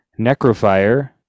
necrofire